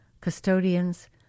custodians